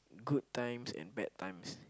good times and bad times